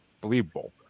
believable